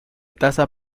taza